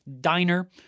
diner